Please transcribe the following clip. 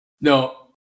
No